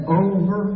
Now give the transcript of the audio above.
over